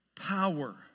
power